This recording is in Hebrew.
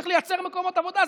צריך לייצר מקומות עבודה.